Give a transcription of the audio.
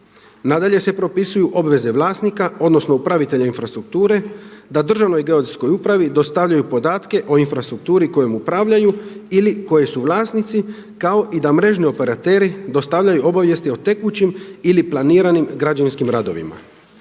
Nadalje se propisuju obveze vlasnika, odnosno upravitelja infrastrukture da Državnoj geodetskoj upravi dostavljaju podatke o infrastrukturi kojom upravljaju ili koje su vlasnici kao i da mrežni operateri dostavljaju obavijesti o tekućim ili planiranim građevinskim radovima.